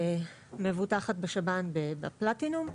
מבוטחת בשב"ן בפלטינום,